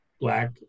black